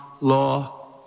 law